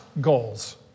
goals